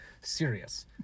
serious